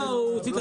לא, הוא הוציא את